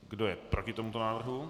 Kdo je proti tomuto návrhu?